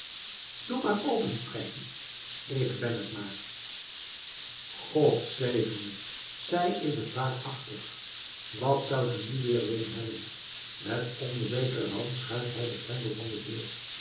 doe maar open strijkkie ik ben t maar god zegen me zij is t waarachtig wat zou ze nu weer willen hebben met onzekere hand schuift hij den grendel van de deur